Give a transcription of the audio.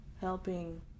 helping